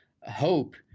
hope